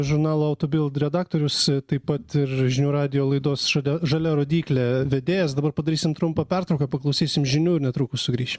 žurnalo auto bild redaktorius taip pat ir žinių radijo laidos šalia žalia rodyklė vedėjas dabar padarysim trumpą pertrauką paklausysim žinių netrukus sugrįšim